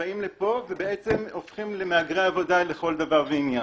שבאים לפה והופכים למהגרי עבודה לכל דבר ועניין.